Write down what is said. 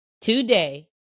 today